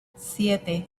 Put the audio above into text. siete